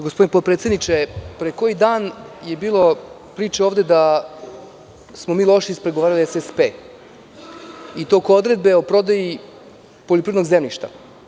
Gospodine potpredsedniče, pre neki dan je bilo priče ovde da smo mi loše pregovarali SSP, i to oko odredbe o prodaji poljoprivrednog zemljišta.